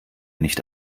nicht